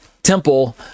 Temple